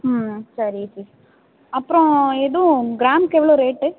ம் சரி சிஸ் அப்புறம் எதுவும் கிராமுக்கு எவ்வளோ ரேட்டு